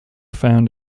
found